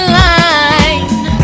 line